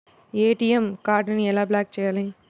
ATM కార్డుని ఎలా block చేయాలి?